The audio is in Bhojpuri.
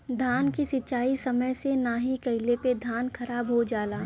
धान के सिंचाई समय से नाहीं कइले पे धान खराब हो जाला